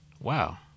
Wow